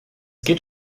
geht